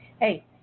Hey